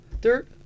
Dirt